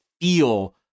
feel